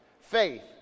faith